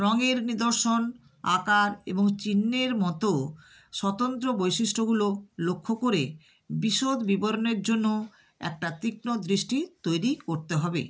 রঙের নিদর্শন আকার এবং চিহ্নের মতো স্বতন্ত্র বৈশিষ্ট্যগুলো লক্ষ্য করে বিশদ বিবরণের জন্য একটা তীক্ষ্ণ দৃষ্টি তৈরি করতে হবে